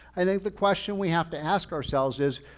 i think the question we have to ask ourselves is,